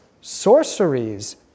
sorceries